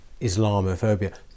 islamophobia